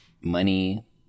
money